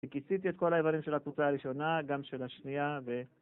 וכיסיתי את כל האיברים של הקבוצה הראשונה, גם של השנייה, ו...